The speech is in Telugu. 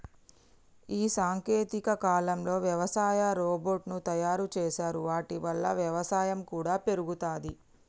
ఈ సాంకేతిక కాలంలో వ్యవసాయ రోబోట్ ను తయారు చేశారు వాటి వల్ల వ్యవసాయం కూడా పెరుగుతది